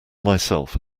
myself